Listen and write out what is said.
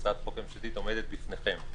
הצעת החוק הממשלתית עומדת בפניכם.